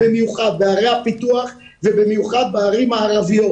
במיוחד בערי הפיתוח ובמיוחד בערים הערביות.